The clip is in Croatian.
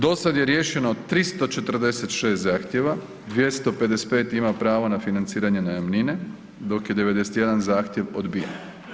Dosad je riješeno 346 zahtjeva, 255 ima pravo na financiranje najamnine dok je 91 zahtjev odbijen.